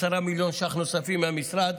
10 מיליון ש"ח נוספים מהמשרד,